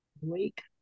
week